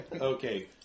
Okay